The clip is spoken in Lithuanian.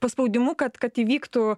paspaudimu kad kad įvyktų